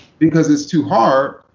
because it's too hard,